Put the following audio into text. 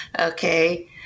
Okay